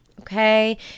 Okay